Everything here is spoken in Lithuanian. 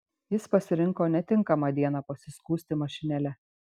jis pasirinko netinkamą dieną pasiskųsti mašinėle